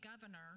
governor